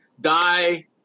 die